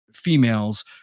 Females